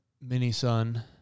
mini-sun